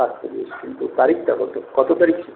তারিখটা কত কত তারিখে